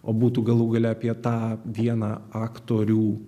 o būtų galų gale apie tą vieną aktorių